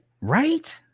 right